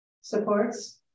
Supports